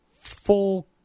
full